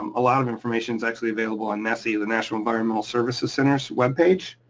um a lot of information's actually available on nesc, the the national environmental services center's web page.